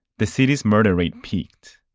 the city's murder rate peaked.